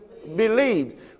believed